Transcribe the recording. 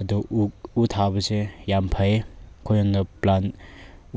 ꯑꯗꯨ ꯎ ꯎ ꯊꯥꯕꯁꯦ ꯌꯥꯝ ꯐꯩ ꯑꯩꯈꯣꯏꯉꯣꯟꯗ ꯄ꯭ꯂꯥꯟ